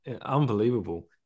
unbelievable